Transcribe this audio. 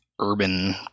urban